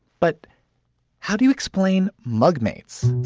but how do you explain mug mates?